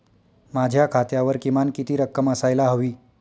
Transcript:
माझ्या खात्यावर किमान किती रक्कम असायला हवी?